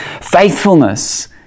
Faithfulness